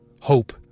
hope